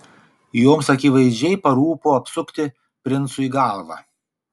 joms akivaizdžiai parūpo apsukti princui galvą